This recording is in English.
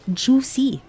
juicy